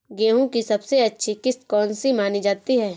गेहूँ की सबसे अच्छी किश्त कौन सी मानी जाती है?